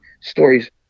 stories